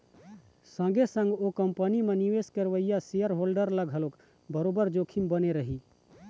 संगे संग ओ कंपनी म निवेश करइया सेयर होल्डर ल घलोक बरोबर जोखिम बने रही